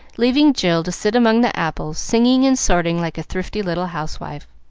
leaving jill to sit among the apples, singing and sorting like a thrifty little housewife.